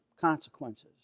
consequences